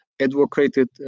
advocated